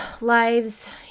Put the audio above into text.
lives